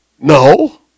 No